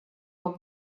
вам